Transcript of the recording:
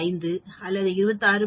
5 அல்லது 26